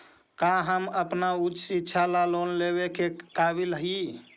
का हम अपन उच्च शिक्षा ला लोन लेवे के काबिल ही?